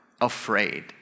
afraid